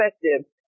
effective